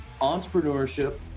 entrepreneurship